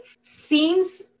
seems